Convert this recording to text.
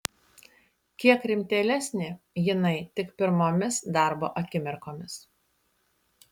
kiek rimtėlesnė jinai tik pirmomis darbo akimirkomis